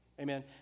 Amen